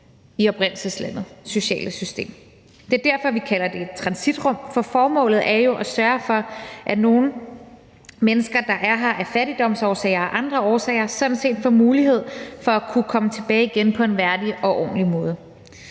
sociale system. Det er derfor, vi kalder det et transitrum, for formålet er jo at sørge for, at nogle mennesker, der er her af fattigdomsårsager og andre årsager, sådan set får mulighed for at kunne komme tilbage igen på en værdig og ordentlig måde.